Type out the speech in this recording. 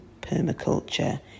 permaculture